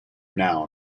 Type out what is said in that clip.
renown